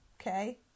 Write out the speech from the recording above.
Okay